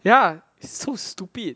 ya so stupid